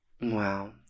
Wow